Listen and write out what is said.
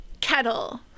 kettle